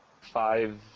five